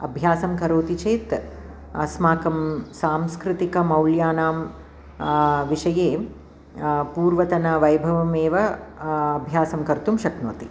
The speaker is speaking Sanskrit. अभ्यासं करोति चेत् अस्माकं सांस्कृतिकमौल्यानां विषये पूर्वतनवैभवमेव अभ्यासं कर्तुं शक्नोति